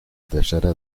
tercera